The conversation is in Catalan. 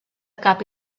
cap